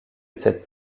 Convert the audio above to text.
cette